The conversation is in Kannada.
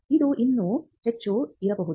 ಇದು ಇನ್ನೂ ಹೆಚ್ಚು ಇರಬಹುದು